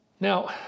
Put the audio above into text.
Now